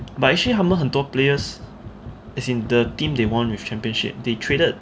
but actually 他们很多 players as the team they won with championship they traded